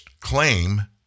claim